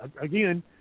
again